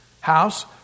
house